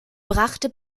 brachte